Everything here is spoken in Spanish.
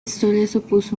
supuso